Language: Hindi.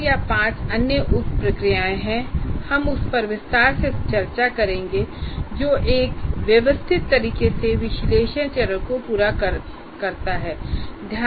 4 या 5 अन्य उप प्रक्रियाएं हैं हम उस पर विस्तार से चर्चा करेंगे जो एक व्यवस्थित तरीके से विश्लेषण चरण को पूरा करता है